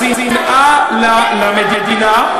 השנאה למדינה,